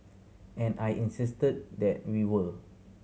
and I insisted that we were